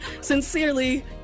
Sincerely